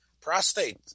prostate